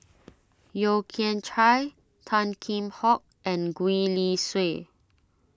Yeo Kian Chye Tan Kheam Hock and Gwee Li Sui